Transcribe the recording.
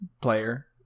player